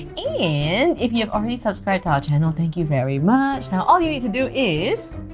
and if you have already subscribed to our channel, thank you very much now all you need to do is.